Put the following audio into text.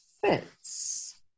fits